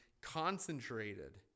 concentrated